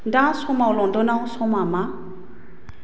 दा समाव लन्दनाव समा मा